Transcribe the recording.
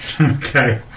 Okay